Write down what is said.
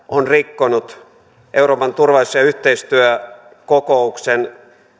on rikkonut euroopan turvallisuus ja yhteistyökokouksen